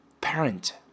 parent